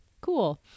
cool